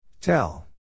Tell